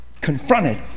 confronted